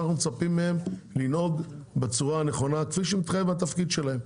אנחנו מצפים מהם לנהוג בצורה הנכונה כפי שמתחייב מהתפקיד שלהם,